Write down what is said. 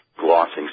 glossing